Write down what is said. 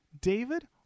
David